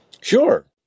Sure